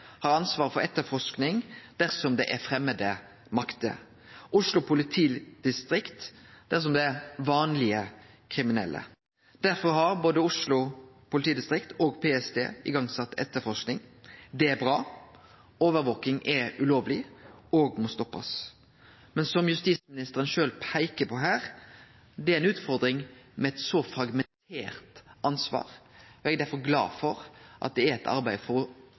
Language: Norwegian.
har ansvaret for etterforsking dersom det er framande makter, Oslo politidistrikt dersom det er «vanlege kriminelle». Derfor har både Oslo politidistrikt og PST sett i gang etterforsking. Det er bra. Overvaking er ulovleg og må stoppast. Men som justisministeren sjølv peiker på her: Det er ei utfordring med eit så fragmentert ansvar, og eg er derfor glad for at det er eit arbeid for i enda større grad å